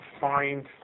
find